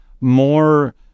more